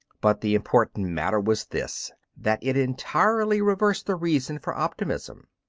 but the important matter was this, that it entirely reversed the reason for optimism.